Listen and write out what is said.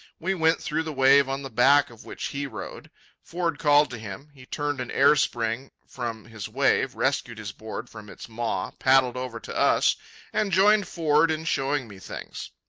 we went through the wave on the back of which he rode. ford called to him. he turned an airspring from his wave, rescued his board from its maw, paddled over to us and joined ford in showing me things.